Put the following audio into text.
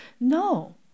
No